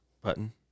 Button